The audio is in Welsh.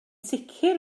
sicr